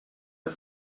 are